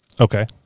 Okay